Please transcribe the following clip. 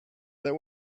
there